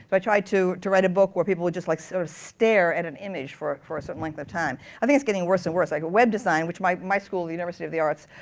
but i tried to to write a book where people would just like sort of stare at an image for for a certain length of time. i think it's getting worse and worse. like web design, which my my school, university of the arts,